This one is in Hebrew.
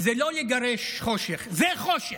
זה לא לגרש חושך, זה חושך.